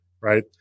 right